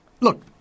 Look